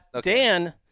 Dan